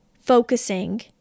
focusing